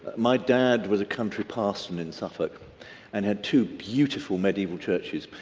my dad was a country parson in suffolk and had two beautiful medieval churches.